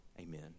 amen